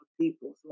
people